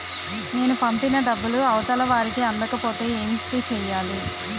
నేను పంపిన డబ్బులు అవతల వారికి అందకపోతే ఏంటి చెయ్యాలి?